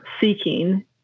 seeking